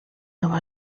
nova